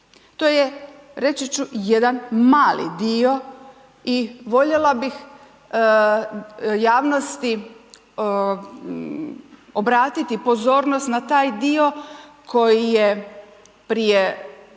to je, reći ću, jedan mali dio i voljela bih javnosti obratiti pozornost na taj dio koji je prije,